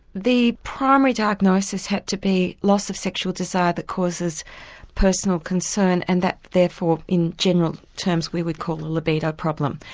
the primary diagnosis had to be loss of sexual desire that causes personal concern and that therefore in general terms we would call a libido problem.